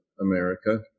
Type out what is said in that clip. America